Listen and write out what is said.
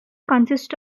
consists